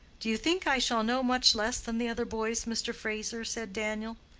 do you think i shall know much less than the other boys, mr. fraser? said daniel.